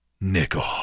nickel